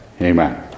amen